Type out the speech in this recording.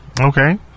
Okay